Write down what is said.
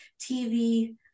TV